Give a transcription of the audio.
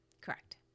Correct